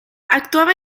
actuaba